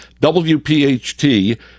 WPHT